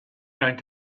going